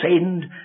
send